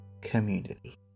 community